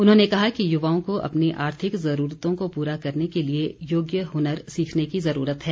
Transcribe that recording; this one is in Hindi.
उन्होंने कहा कि युवाओं को अपनी आर्थिक ज़रूरतों को पूरा करने के लिए योग्य हुनर सीखने की ज़रूरत है